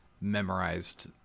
memorized